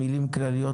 אנא תאמר מילים כלליות,